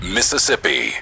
Mississippi